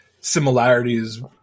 similarities